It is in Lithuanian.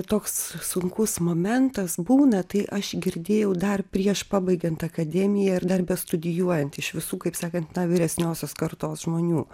toks sunkus momentas būna tai aš girdėjau dar prieš pabaigiant akademiją ir dar bestudijuojant iš visų kaip sakant na vyresniosios kartos žmonių